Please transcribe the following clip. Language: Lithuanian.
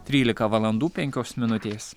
trylika valandų penkios minutės